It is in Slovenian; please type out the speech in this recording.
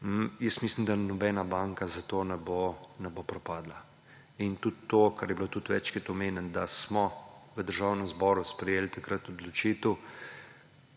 Mislim, da nobena banka zato ne bo propadla. In tudi to, kar je bilo tudi večkrat omenjeno, da smo v Državnem zboru sprejeli takrat odločitev,